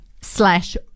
slash